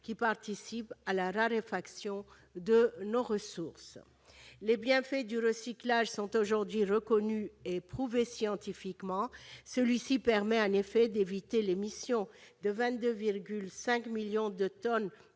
qui participe à la raréfaction de nos ressources. Les bienfaits du recyclage sont aujourd'hui reconnus et prouvés scientifiquement. Celui-ci permet en effet d'éviter l'émission de 22,5 millions de tonnes